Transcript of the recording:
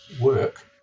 work